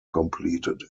completed